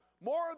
more